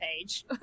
page